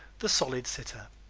the solid sitter